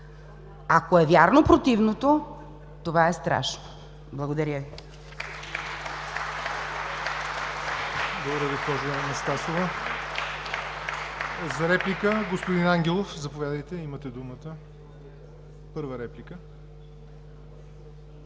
Ако е вярно противното, това е страшно! Благодаря Ви.